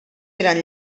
eren